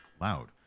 loud